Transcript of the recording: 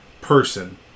person